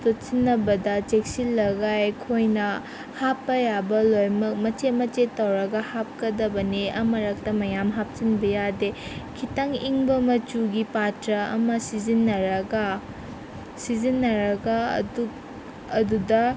ꯇꯣꯠꯁꯤꯟꯅꯕꯗ ꯆꯦꯛꯁꯤꯜꯂꯒ ꯑꯩꯈꯣꯏꯅ ꯍꯥꯞꯄ ꯌꯥꯕ ꯂꯣꯏꯃꯛ ꯃꯆꯦꯠ ꯃꯆꯦꯠ ꯇꯧꯔꯒ ꯍꯥꯞꯀꯗꯕꯅꯦ ꯑꯃꯔꯛꯇ ꯃꯌꯥꯝ ꯍꯥꯞꯆꯤꯟꯕ ꯌꯥꯗꯦ ꯈꯤꯇꯪ ꯏꯪꯕ ꯃꯆꯨꯒꯤ ꯄꯥꯇ꯭ꯔ ꯑꯃ ꯁꯤꯖꯤꯟꯅꯔꯒ ꯁꯤꯖꯤꯟꯅꯔꯒ ꯑꯗꯨ ꯑꯗꯨꯗ